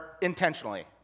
intentionally